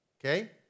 okay